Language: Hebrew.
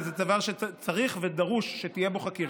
וזה דבר שצריך ודרוש שתהיה בו חקירה.